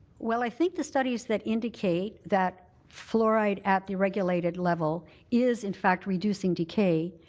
well, i think the studies that indicate that fluoride at the regulated level is in fact reducing decay,